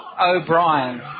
O'Brien